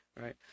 Right